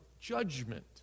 judgment